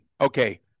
Okay